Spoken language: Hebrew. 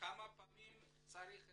כמה פעמים צריך טיפול?